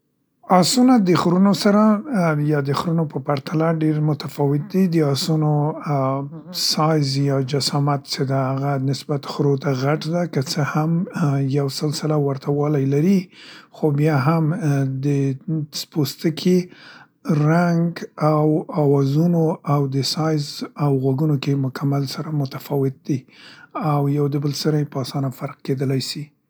اسونه د خرونو سره یا د خرونو په پرتله ډير متفاوت دي. د اسونو ا ا سایز یا جسامت چې ده هغه نسبت خرو ته غټ ده، که څه هم یو سلسله ورته والی لري خو بیا هم د څس - پوستکي رنګ او اوازونو او د سایز او غوګونو کې مکمل سره متفاوت دي او یو د بل سره یې په اسانه فرق کیدلی سي.